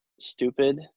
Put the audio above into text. stupid